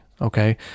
okay